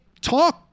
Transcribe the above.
talk